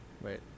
Wait